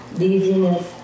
dizziness